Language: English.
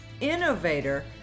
innovator